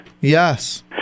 Yes